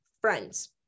friends